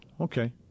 okay